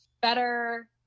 better